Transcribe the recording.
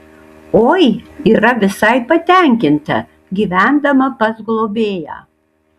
oi yra visai patenkinta gyvendama pas globėją